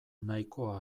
nahikoa